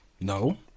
No